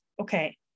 okay